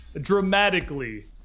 dramatically